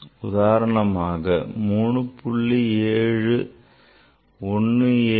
உதாரணமாக 3